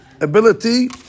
ability